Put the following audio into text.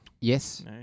Yes